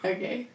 Okay